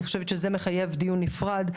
אני חושבת שזה מחייב דיון נפרד.